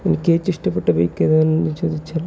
എനിക്ക് ഏറ്റവും ഇഷ്ടപ്പെട്ട ബൈക്കേതാണെന്നു ചോദിച്ചാൽ